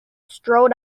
strode